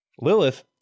Lilith